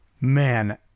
Man